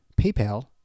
PayPal